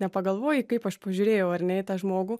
nepagalvoji kaip aš pažiūrėjau ar ne į tą žmogų